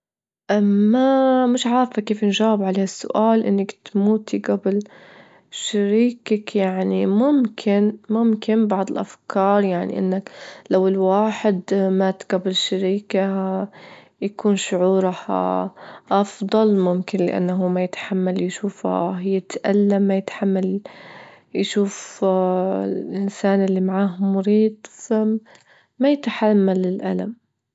ما- مش عارفة كيف نجاوب على ها السؤال، إنك تموتي جبل شريكك يعني ممكن- ممكن بعض الأفكار، يعني إنك لو الواحد مات جبل شريكه شعوره أفضل، ممكن لإنه ما يتحمل يشوفه يتألم، ما يتحمل يشوف الإنسان اللي معاه مريض، فما يتحمل الألم.